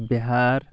Bihar